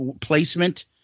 placement